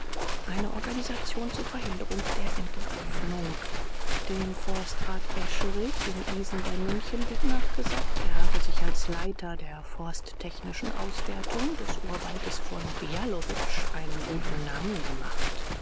eine organisation zur verhinderung der entwaffnung dem forstrat escherich in isen bei münchen wird nachgesagt er habe sich als leiter der forsttechnischen auswertung des urwaldes von bialowich einen guten namen gemacht